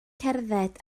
cerdded